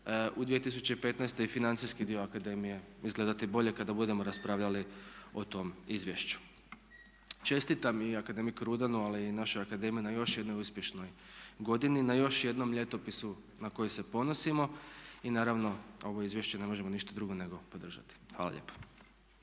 u 2015. i financijski dio akademije izgledati bolje kada budemo raspravljali o tom izvješću. Čestitam i akademiku Rudanu ali i našoj akademiji na još jednoj uspješnoj godini, na još jednom ljetopisu na koji se ponosimo i naravno ovo izvješće ne možemo ništa drugo nego podržati. Hvala lijepa.